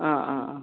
ആ ആ ആ